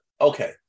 Okay